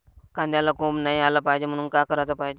कांद्याला कोंब नाई आलं पायजे म्हनून का कराच पायजे?